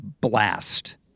blast